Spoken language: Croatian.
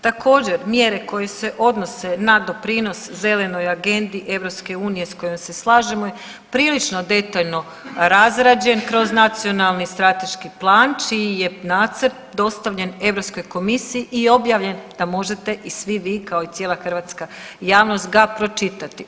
Također mjere koje se odnose na doprinos zelenoj agendi EU sa kojom se slažemo je prilično detaljno razrađen kroz Nacionalni strateški plan čiji je nacrt dostavljen Europskoj komisiji i objavljen da možete i svi vi kao i cijela hrvatska javnost ga pročitati.